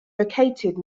located